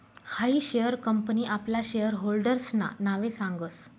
हायी share company आपला share होल्डर्सना नावे सांगस